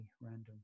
random